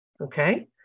okay